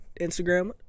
Instagram